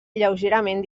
lleugerament